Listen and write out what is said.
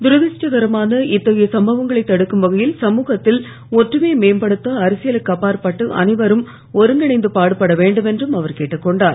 துரதிருஷ்டகரமான இத்தகைய சம்பவங்களைத் தடுக்கும் வகையில் சமூகத்தில் ஒற்றுமையை மேம்படுத்த அரசியலுக்கு அப்பாற்பட்டு அனைவரும் ஒருங்கிணைந்து பாடுபட வேண்டும் என்றும் அவர் கேட்டுக்கொண்டார்